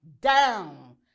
down